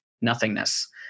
nothingness